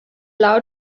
loud